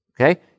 okay